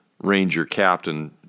ranger-captain